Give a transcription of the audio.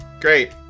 Great